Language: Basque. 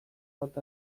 bat